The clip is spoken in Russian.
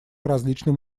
различным